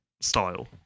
style